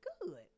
good